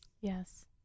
Yes